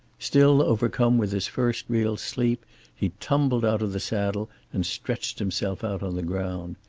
still overcome with his first real sleep he tumbled out of the saddle and stretched himself out on the ground.